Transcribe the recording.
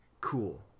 cool